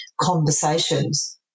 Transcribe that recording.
conversations